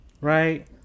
Right